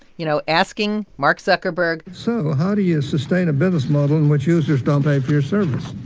you know, asking mark zuckerberg so how do you sustain a business model in which users don't pay for your service?